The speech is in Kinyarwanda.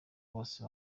bose